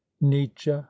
nietzsche